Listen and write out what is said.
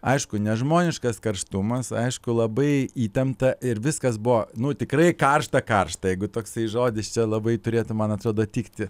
aišku nežmoniškas karštumas aišku labai įtempta ir viskas buvo nu tikrai karšta karšta jeigu toksai žodis čia labai turėtų mano atrodo tikti